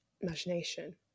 imagination